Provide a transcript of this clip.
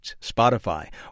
Spotify